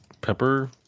pepper